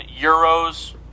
euros